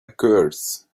curse